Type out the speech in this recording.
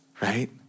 right